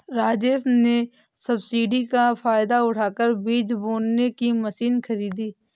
राजेश ने सब्सिडी का फायदा उठाकर बीज बोने की मशीन खरीदी